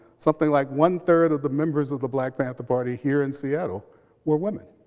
something like one third of the members of the black panther party here in seattle were women,